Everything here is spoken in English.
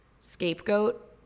scapegoat